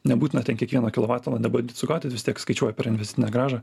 nebūtina ten kiekvieną kilovatvalandę bandyt sugaudyt vis tiek skaičiuoja per investicinę grąžą